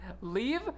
Leave